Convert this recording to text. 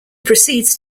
proceeds